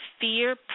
fear